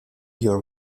your